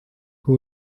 who